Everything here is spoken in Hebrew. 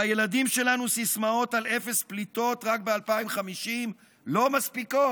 לילדים שלנו סיסמאות על אפס פליטות רק ב-2050 לא מספיקות,